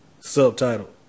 Subtitle